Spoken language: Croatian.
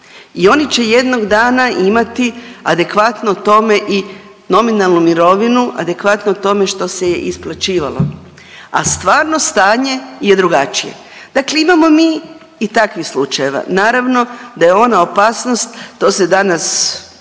i oni će jednog dana imati adekvatno tome i nominalnu mirovinu, adekvatno tome što se je isplaćivalo, a stvarno stanje je drugačije. Dakle imamo mi i takvih slučajeva, naravno da je ona opasnost, to se danas,